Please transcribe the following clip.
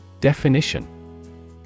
Definition